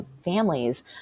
Families